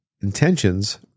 intentions